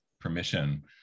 permission